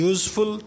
Useful